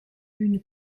une